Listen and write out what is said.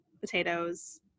potatoes